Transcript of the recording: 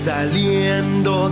Saliendo